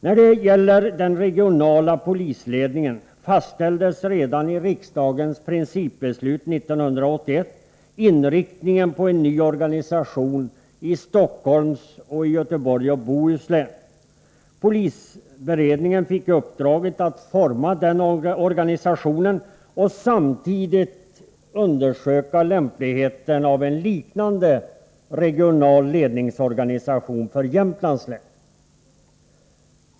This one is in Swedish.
När det gäller den regionala polisledningen fastställdes redan i riksdagens principbeslut 1981 inriktningen på en ny organisation i Stockholms län och i Göteborgs och Bohus län. Polisberedningen fick uppdraget att forma den organisationen och samtidigt undersöka lämpligheten av en liknande regional ledningsorganisation för Jämtlands län.